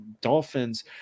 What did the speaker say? dolphins